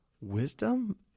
wisdom